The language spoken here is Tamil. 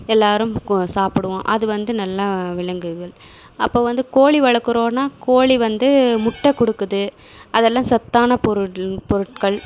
எல்லாரும் கொ சாப்பிடுவோம் அது வந்து நல்லா விலங்குகள் அப்போ வந்து கோழி வளர்க்குறோன்னா கோழி வந்து முட்டை கொடுக்குது அதெல்லாம் சத்தான பொருள் பொருட்கள்